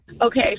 Okay